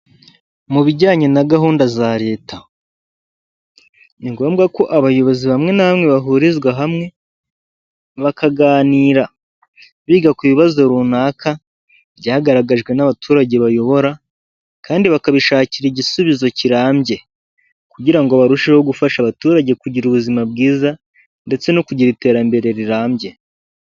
Mu bijyanye na gahunda za leta ni ngombwa ko abayobozi bamwe na bamwe bahurizwa hamwe bakaganira biga ku bibazo runaka byagaragajwe n'abaturage bayobora kandi bakabishakira igisubizo kirambye kugira ngo barusheho gufasha abaturage kugira ubuzima bwiza ndetse no kugira iterambere rirambye .